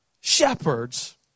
shepherds